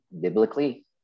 biblically